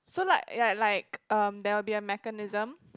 so like yeah like erm there will be a mechanism